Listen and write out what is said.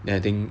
then I think